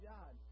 God